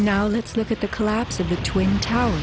now let's look at the collapse of the twin towers